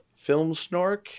Filmsnork